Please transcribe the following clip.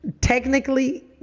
technically